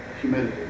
humidity